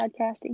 podcasting